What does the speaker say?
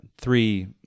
three